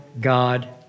God